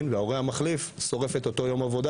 וההורה המחליף שורף את אותו יום העבודה,